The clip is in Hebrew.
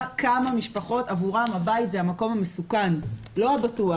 כמה משפחות עבורן הבית הוא המקום המסוכן ולא הבטוח.